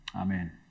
Amen